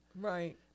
Right